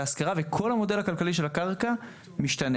להשכרה וכל המודל הכלכלי של הקרקע משתנה.